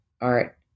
art